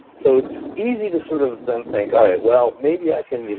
so it's easy to sort of then think all right, well, maybe i can, you know